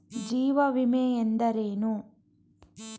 ಜೀವ ವಿಮೆ ಎಂದರೇನು?